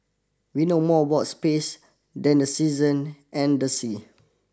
we know more about space than the season and the sea